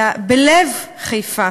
אלא בלב חיפה,